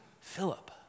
Philip